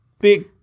big